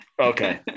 Okay